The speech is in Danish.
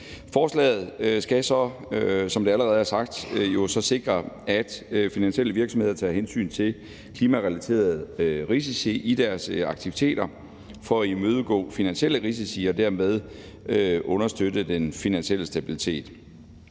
er sagt, sikre, at finansielle virksomheder tager hensyn til klimarelaterede risici i deres aktiviteter for at imødegå finansielle risici og dermed understøtte den finansielle stabilitet.